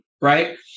right